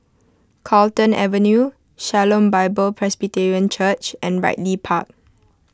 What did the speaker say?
Carlton Avenue Shalom Bible Presbyterian Church and Ridley Park